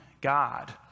God